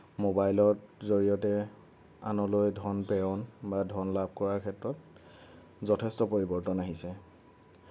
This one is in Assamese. মোবাইলত জৰিয়তে আনলৈ ধন প্ৰেৰণ বা ধন লাভ কৰাৰ ক্ষেত্ৰত যথেষ্ট পৰিৱৰ্তন আহিছে